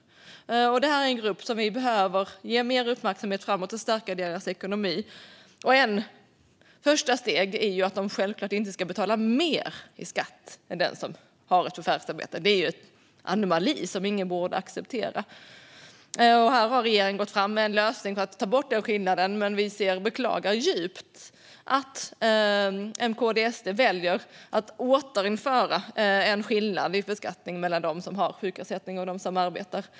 Detta är en grupp som vi behöver ge mer uppmärksamhet framöver och stärka deras ekonomi. Ett första steg är att de självklart inte ska betala mer i skatt än de som har ett förvärvsarbete. Det är en anomali som ingen borde acceptera. Här har regeringen gått fram med en lösning för att ta bort denna skillnad. Men vi beklagar djupt att M, KD och SD väljer att återinföra en skillnad i beskattning mellan dem som har sjukersättning och dem som arbetar.